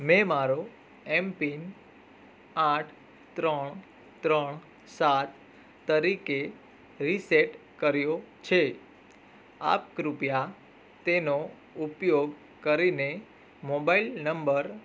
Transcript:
મેં મારો M pin આઠ ત્રણ ત્રણ સાત તરીકે રિસેટ કર્યો છે આપ કૃપયા તેનો ઉપયોગ કરીને મોબાઈલ નંબર